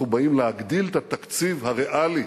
אנחנו באים להגדיל את התקציב הריאלי